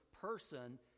person